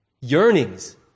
yearnings